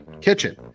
kitchen